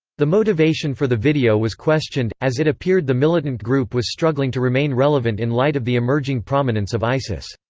the motivation for the video was questioned, as it appeared the militant group was struggling to remain relevant in light of the emerging prominence of isis.